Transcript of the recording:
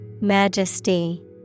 Majesty